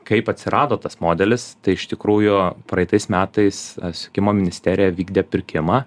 kaip atsirado tas modelis tai iš tikrųjų praeitais metais susisiekimo ministerija vykdė pirkimą